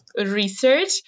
research